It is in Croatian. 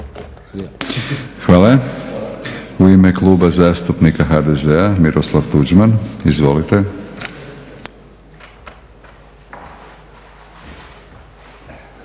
Hvala. U ime Kluba zastupnika HDZ-a, Miroslav Tuđman. Izvolite.